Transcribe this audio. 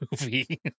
movie